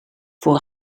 voor